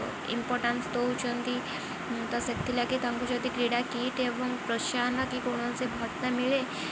importance ଦଉଛନ୍ତି ତ ସେଥିଲାଗି ତାଙ୍କୁ ଯଦି କ୍ରୀଡ଼ା କିଟ୍ ଏବଂ ପ୍ରୋତ୍ସାହନ କି କୌଣସି ଭତ୍ତା ମିଳେ